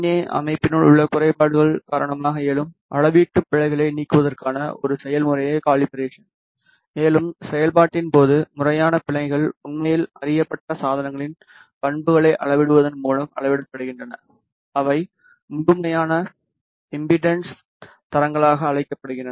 ஏ அமைப்பினுள் உள்ள குறைபாடுகள் காரணமாக எழும் அளவீட்டு பிழைகளை நீக்குவதற்கான ஒரு செயல்முறையே கலிபராசன் மேலும் செயல்பாட்டின் போது முறையான பிழைகள் உண்மையில் அறியப்பட்ட சாதனங்களின் பண்புகளை அளவிடுவதன் மூலம் அளவிடப்படுகின்றன அவை முழுமையான இம்பெடன்ஸ் தரங்களாக அழைக்கப்படுகின்றன